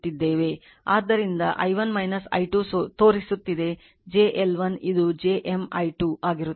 ಆದ್ದರಿಂದ i1 i 2 ತೋರಿಸುತ್ತಿದೆ j L1 ಇದು j M i 2 ಆಗಿರುತ್ತದೆ